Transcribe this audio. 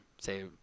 say